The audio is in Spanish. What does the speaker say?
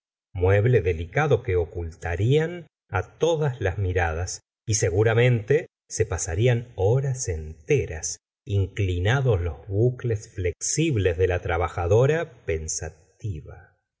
mueble delicado que ocultarían todas las miradas y seguramente se pasarían horas enteras inclinados los bucles flexibles de la trabajadora pensatiya